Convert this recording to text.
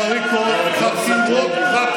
חקירות-קרטיה.